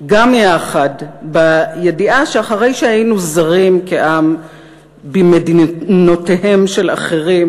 גם יחד בידיעה שאחרי שהיינו זרים כעם במדינותיהם של אחרים,